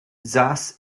saß